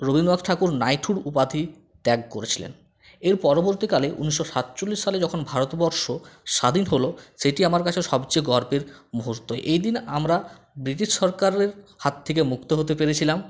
Rabindranath Thakur knighthood উপাধি ত্যাগ করেছিলেন এর পরবর্তীকালে উনিশশো সাতচল্লিশ সালে যখন ভারতবর্ষ স্বাধীন হল সেটি আমার কাছে সবচেয়ে গর্বের মুহূর্ত এদিন আমরা ব্রিটিশ সরকারের হাত থেকে মুক্ত হতে পেরেছিলাম